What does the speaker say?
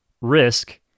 risk